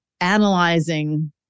analyzing